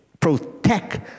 Protect